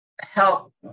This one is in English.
help